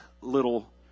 little